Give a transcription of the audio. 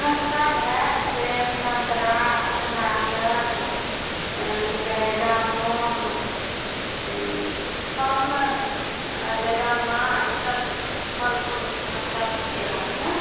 अइ सब हइ सेब सन्तरा नारिअर कि कहै जामुन ओ फलमे बेदाना ईसब फल फ्रूटमे सब छिए रखने